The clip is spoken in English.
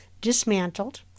dismantled